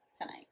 tonight